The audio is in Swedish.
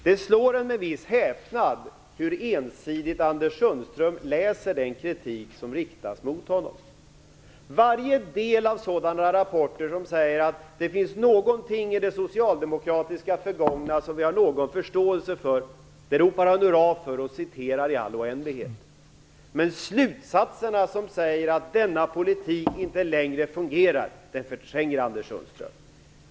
Det slår en med viss häpnad hur ensidigt Anders Sundström läser den kritik som riktas mot honom. Varje del av de rapporter som säger att det finns någonting i det socialdemokratiska förgångna som vi har förståelse för ropar arbetsmarknadsministern hurra och citerar det i all oändlighet. Men de slutsatser som säger att denna politik inte längre fungerar förtränger Anders Sundström.